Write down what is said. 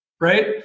right